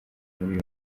muri